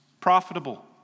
profitable